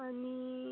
आणि